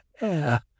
air